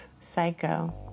Psycho